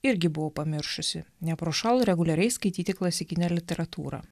irgi buvau pamiršusi neprošal reguliariai skaityti klasikinę literatūrą